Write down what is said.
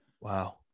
Wow